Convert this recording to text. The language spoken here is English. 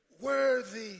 worthy